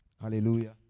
Hallelujah